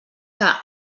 que